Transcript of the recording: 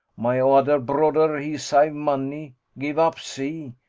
my oder bro'der, he save money, give up sea,